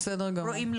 בסדר גמור.